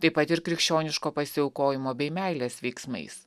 taip pat ir krikščioniško pasiaukojimo bei meilės veiksmais